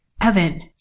Evan